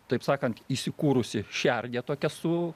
taip sakant įsikūrusi šernė tokia su